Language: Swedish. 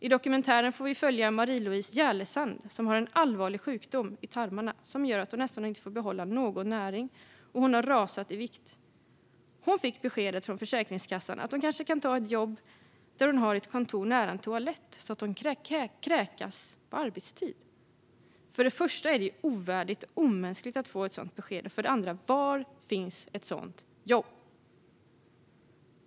I den får vi följa Marie-Louise Järlesand, som har en allvarlig sjukdom i tarmarna som gör att hon nästan inte får behålla någon näring och har rasat i vikt. Hon fick beskedet från Försäkringskassan att hon kanske kan ta ett jobb där hon har ett kontor nära en toalett så att hon kan kräkas på arbetstid. För det första är det ovärdigt och omänskligt att ge ett sådant besked. För det andra, var finns ett sådant jobb?